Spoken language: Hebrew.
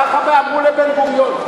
ככה אמרו לבן-גוריון.